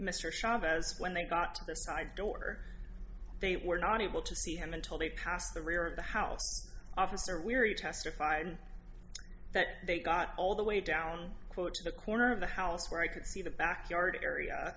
chavez when they got to the side door they were not able to see him until they passed the rear of the house officer weary testified that they got all the way down quotes a corner of the house where i could see the back yard area